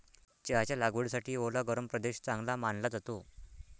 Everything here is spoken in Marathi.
चहाच्या लागवडीसाठी ओला गरम प्रदेश चांगला मानला जातो